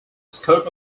scope